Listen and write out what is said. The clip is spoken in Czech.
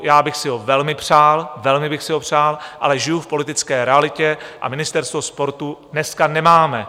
Já bych si ho velmi přál, velmi bych si ho přál, ale žiju v politické realitě a ministerstvo sportu dneska nemáme.